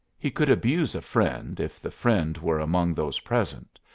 he could abuse a friend, if the friend were among those present,